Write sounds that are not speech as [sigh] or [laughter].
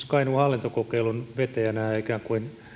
[unintelligible] kainuun hallintokokeilun vetäjänä ja ikään kuin